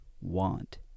want